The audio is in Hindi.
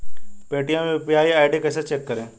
पेटीएम यू.पी.आई आई.डी कैसे चेंज करें?